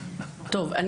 בבקשה.